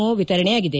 ಒ ವಿತರಣೆಯಾಗಿದೆ